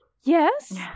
Yes